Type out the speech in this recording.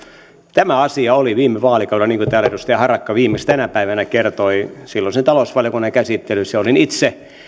tämä asia oli viime vaalikaudella niin kuin täällä edustaja harakka viimeksi tänä päivänä kertoi silloisen talousvaliokunnan käsittelyssä ja olin itse